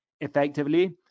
effectively